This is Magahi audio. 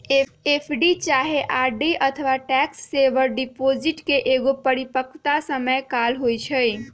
एफ.डी चाहे आर.डी अथवा टैक्स सेवर डिपॉजिट के एगो परिपक्वता समय काल होइ छइ